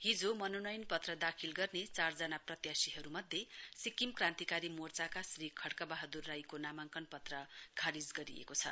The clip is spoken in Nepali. हिजो मनोनयन पत्र दाखिल गर्ने चारजना प्रत्याशीहरूमध्ये सिक्किम क्रान्तिकारी मोर्चाका श्री खड्क बहादुर राईको नामाङ्कन पत्र खारिज गरिएको छ